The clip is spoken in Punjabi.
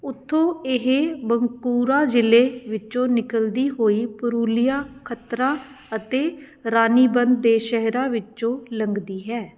ਉੱਥੋਂ ਇਹ ਬੰਕੂਰਾ ਜ਼ਿਲ੍ਹੇ ਵਿੱਚੋਂ ਨਿਕਲਦੀ ਹੋਈ ਪੁਰੂਲੀਆ ਖੱਤਰਾ ਅਤੇ ਰਾਨੀਬੰਦ ਦੇ ਸ਼ਹਿਰਾਂ ਵਿੱਚੋਂ ਲੰਘਦੀ ਹੈ